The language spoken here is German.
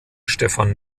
stephan